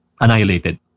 annihilated